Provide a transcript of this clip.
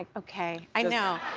ah okay, i know.